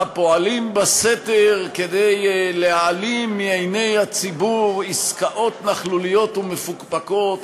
הפועלים בסתר כדי להעלים מעיני הציבור עסקאות נכלוליות ומפוקפקות